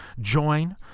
join